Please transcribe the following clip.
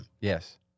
Yes